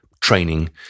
training